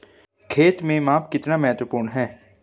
खेत में माप कितना महत्वपूर्ण है?